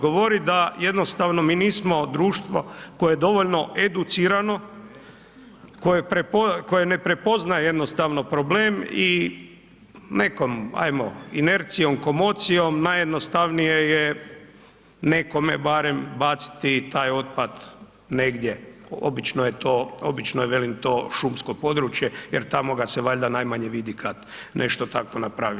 Govori da jednostavno mi nismo drugo koje je dovoljno educirano, koje ne prepoznaje jednostavno problem i nekom, hajmo inercijom, komocijom, najjednostavnije je, nekome barem, baciti taj otpad negdje, obično je to, obično je, velim, to šumsko područje jer tamo ga se valjda najmanje vidi kad nešto takvo napravi.